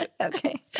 Okay